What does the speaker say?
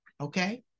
okay